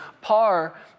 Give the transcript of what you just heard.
Par